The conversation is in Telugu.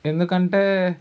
ఎందుకంటే